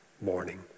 morning